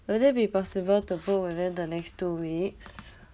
would it be possible to book within the next two weeks